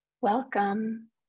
Welcome